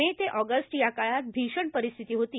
मे ते ऑगस्ट याकाळात भीषण परिस्थिती होती